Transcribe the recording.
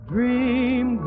Dream